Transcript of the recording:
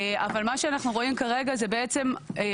אבל מה שאנחנו רואים כרגע זה רפורמה